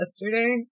yesterday